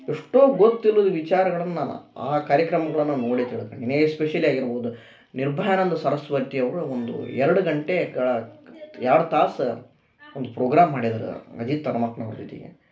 ಎಷ್ಟೋ ಗೊತ್ತಿಲ್ಲದ ವಿಚಾರಗಳನ್ನು ನಾನು ಆ ಕಾರ್ಯಕ್ರಮಗಳನ್ನು ನೋಡಿ ತಿಳ್ಕಂಡೀನಿ ಎಸ್ಪೆಷಲಿ ಆಗಿರ್ಬೋದು ನಿರ್ಭಯಾನಂದ ಸರಸ್ವತಿ ಅವರು ಒಂದು ಎರಡು ಗಂಟೆಗಳ ಎರಡು ತಾಸು ಒಂದು ಪ್ರೋಗ್ರಾಮ್ ಮಾಡಿದ್ರು ಅಜಿತ್ ಹನುಮಕ್ನವ್ರ ಜೊತೆಗೆ